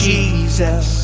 Jesus